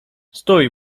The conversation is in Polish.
stój